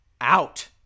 out